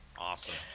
Awesome